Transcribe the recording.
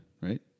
right